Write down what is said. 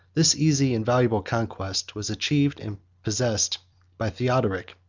this easy and valuable conquest was achieved and possessed by theodoric,